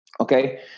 Okay